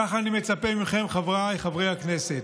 כך אני מצפה מכם, חבריי חברי הכנסת.